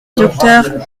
docteur